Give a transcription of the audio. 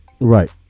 Right